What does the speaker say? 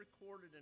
recorded